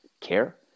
care